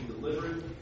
delivered